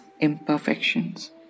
imperfections